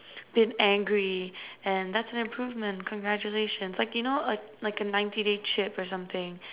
been angry and that's an improvement congratulations like you know a like a ninety day chip or something